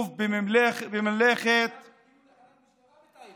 הם לוקחים על עצמם